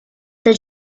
the